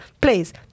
please